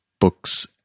books